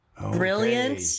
Brilliant